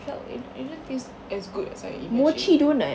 felt it it don't taste as good as I imagined